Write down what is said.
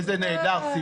איזה נהדר,